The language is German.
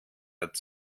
hat